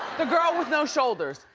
the girl with no shoulders.